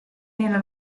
nella